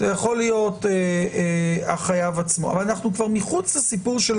זה יכול להיות החייב עצמו אבל אנחנו כבר מחוץ לסיפור של